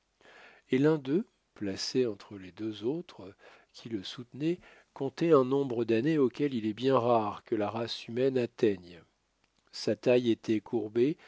et l'un d'eux placé entre les deux autres qui le soutenaient comptait un nombre d'années auquel il est bien rare que la race humaine atteigne sa taille était courbée